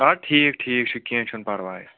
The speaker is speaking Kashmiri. اَدٕ ٹھیٖک ٹھیٖک چھُ کیٚنٛہہ چھُنہٕ پرٕواے